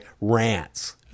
rants